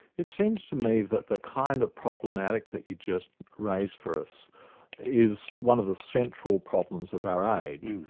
it seems to me that the kind of problematic that you just raised for us is one of the central problems of our age.